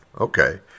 okay